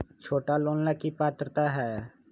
छोटा लोन ला की पात्रता है?